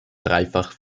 dreifach